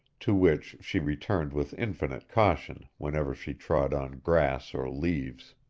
to which she returned with infinite caution whenever she trod on grass or leaves.